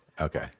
okay